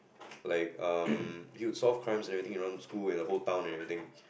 like um you solve crimes and everything around the school and the whole town and everything